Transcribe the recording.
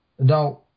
Now